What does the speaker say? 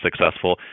successful